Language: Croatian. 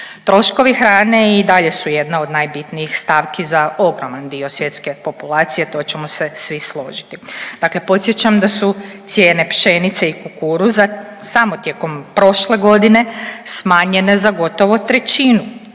Troškovi hrane i dalje su jedna od najbitnijih stavki za ogroman dio svjetske populacije, to ćemo se svi složiti. Dakle podsjećam da su cijene pšenice i kukuruza samo tijekom prošle godine smanjene za gotovo trećinu.